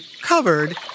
covered